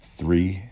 three